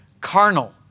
carnal